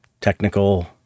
technical